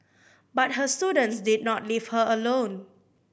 but her students did not leave her alone